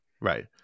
Right